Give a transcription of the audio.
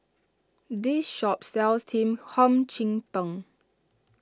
this shop sells Team Hum Chim Peng